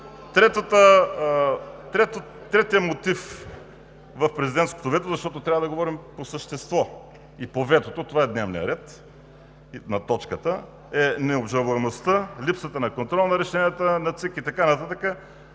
Третият мотив в президентското вето, защото трябва да говорим по същество, и по ветото, това е точката от дневния ред, е необжалваемостта, липсата на контрол на решенията на ЦИК и така нататък.